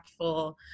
impactful